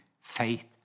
faith